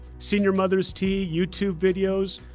senior mothers' tea, youtube videos,